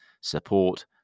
support